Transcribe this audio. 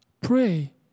Pray